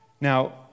Now